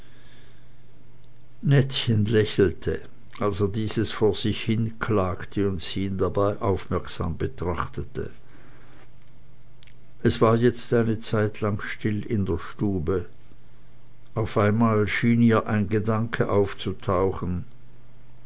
nettchen lächelte als er dieses vor sich hinklagte und sie ihn dabei aufmerksam betrachtete es war jetzt eine zeitlang still in der stube auf einmal schien ihr ein gedanke aufzutauchen